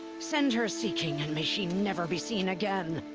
send her seeking, and may she never be seen again!